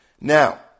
Now